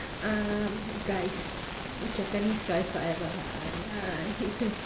um guys uh japanese guys whatever lah ya he say